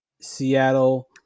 seattle